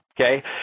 okay